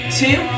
two